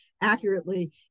accurately